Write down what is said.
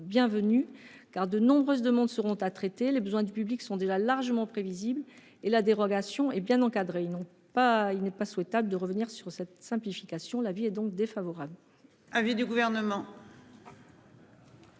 bienvenue : de nombreuses demandes seront à traiter, les besoins du public sont déjà largement prévisibles et la dérogation est bien encadrée. Il n'est pas souhaitable de revenir sur cette simplification. La commission est donc également